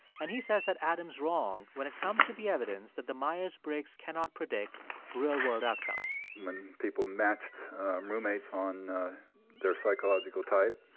and he says that adam's wrong when it comes to the evidence that the myers-briggs cannot predict real-world outcomes when people matched roommates on their psychological type,